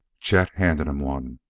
chet handed him one.